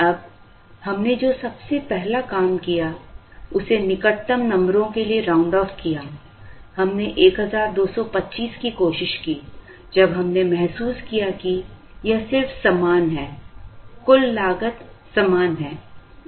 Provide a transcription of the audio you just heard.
अब हमने जो सबसे पहला काम किया उसे निकटतम नंबरों के लिए राउंड ऑफ किया हमने 1225 की कोशिश की जब हमने महसूस किया कि यह सिर्फ समान है कुल लागत समान है